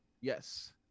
Yes